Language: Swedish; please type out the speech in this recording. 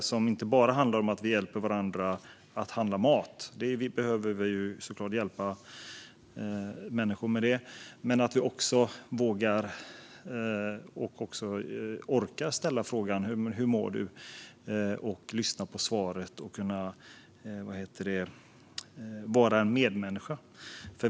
Det ska inte bara handla om att vi hjälper varandra att handla mat, även om vi såklart behöver hjälpa människor med det, utan vi ska också våga och orka ställa frågan "Hur mår du?" - och lyssna på svaret. Det handlar om att vara en medmänniska.